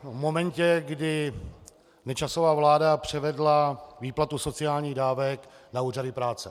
V momentě, kdy Nečasova vláda převedla výplatu sociálních dávek na úřady práce.